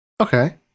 Okay